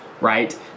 right